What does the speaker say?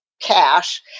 cash